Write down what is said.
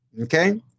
okay